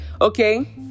Okay